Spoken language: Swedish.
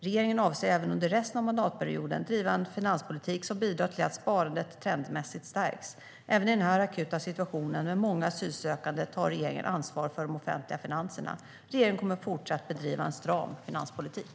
Regeringen avser att även under resten av mandatperioden bedriva en finanspolitik som bidrar till att sparandet trendmässigt stärks. Även i den här akuta situationen med många asylsökande tar regeringen ansvar för de offentliga finanserna. Regeringen kommer i fortsättningen att bedriva en stram finanspolitik.